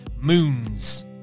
moons